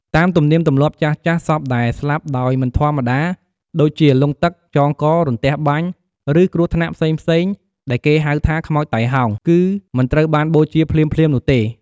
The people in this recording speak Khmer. តាមទំនៀមទម្លាប់ចាស់ៗ សពដែលស្លាប់ដោយមិនធម្មតា ដូចជាលង់ទឹក ចងក រន្ទះបាញ់ ឬគ្រោះថ្នាក់ផ្សេងៗ ដែលគេហៅថា "ខ្មោចតៃហោង" គឺមិនត្រូវបានបូជាភ្លាមៗនោះទេ។